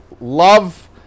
love